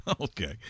Okay